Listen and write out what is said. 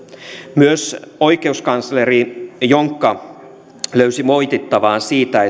myös oikeuskansleri jonkka löysi moitittavaa siitä